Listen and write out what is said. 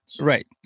Right